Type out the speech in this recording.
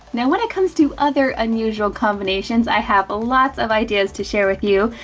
now, when it comes to other unusual combinations, i have a lots of ideas to share with you.